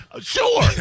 Sure